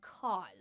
cause